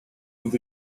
with